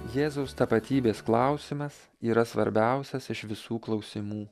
jėzaus tapatybės klausimas yra svarbiausias iš visų klausimų